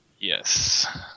Yes